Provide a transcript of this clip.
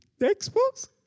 Xbox